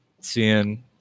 seeing